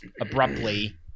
abruptly